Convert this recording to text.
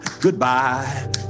goodbye